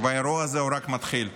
והאירוע הזה רק מתחיל.